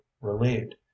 relieved